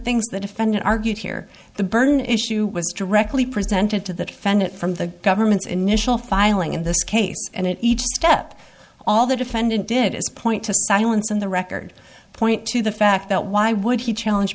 things the defendant argued here the burden issue was directly presented to the defendant from the government's initial filing in this case and it each step all the defendant did is point to see once on the record point to the fact that why would he challenge